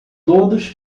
todos